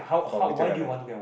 for Meteor Garden